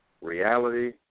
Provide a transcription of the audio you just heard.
reality